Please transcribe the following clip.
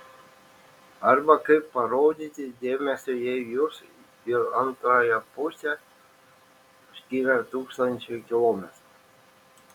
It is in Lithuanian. arba kaip parodyti dėmesį jei jus ir antrąją pusę skiria tūkstančiai kilometrų